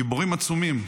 גיבורים עצומים.